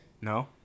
No